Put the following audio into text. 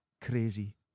crazy